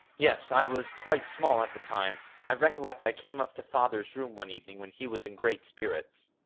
yes. i was quite small at the time. i recollect i came up to father's room one evening when he was in great spirits.